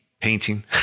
painting